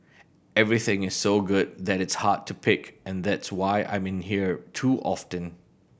everything is so good that it's hard to pick and that's why I'm in here too often